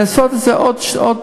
לעשות את זה עד